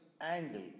angle